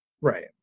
Right